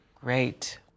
Great